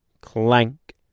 clank